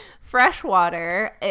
freshwater